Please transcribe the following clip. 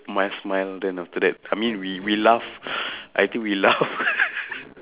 smile smile then after that I mean we we laugh I think we laugh